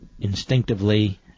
instinctively